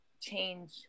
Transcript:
change